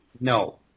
No